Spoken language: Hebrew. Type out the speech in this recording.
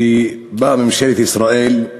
שבה ממשלת ישראל,